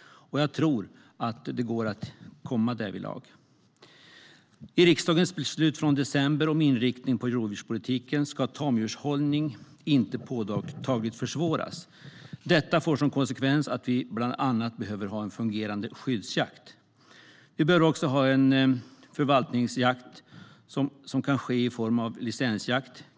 och jag tror att det går att komma dithän. Enligt riksdagens beslut från december om inriktningen på rovdjurspolitiken ska tamdjurshållning inte påtagligt försvåras. Detta får som konsekvens att vi bland annat behöver ha en fungerande skyddsjakt. Vi behöver också ha en förvaltningsjakt, som kan ske i form av licensjakt.